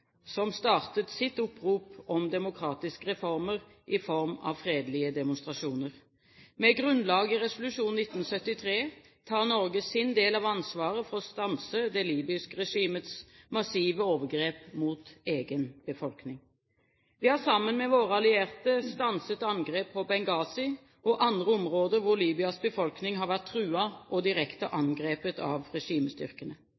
som startet sitt opprop om demokratiske reformer i form av fredelige demonstrasjoner. Med grunnlag i resolusjon 1973 tar Norge sin del av ansvaret for å stanse det libyske regimets massive overgrep mot egen befolkning. Vi har sammen med våre allierte stanset angrep på Benghazi og andre områder hvor Libyas befolkning har vært truet og direkte